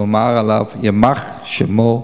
שהוא אמר עליו "יימח שמו",